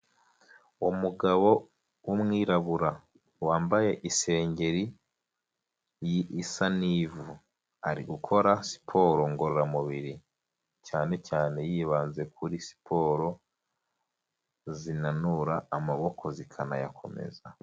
Umugabo w'umwirabura wambaye isengeri isa n'ivu ari gukora siporo ngororamubiri cyane cyane yibanze kuri siporo zinanura amaboko zikanayakomeza .